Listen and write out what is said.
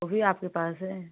वह भी आपके पास है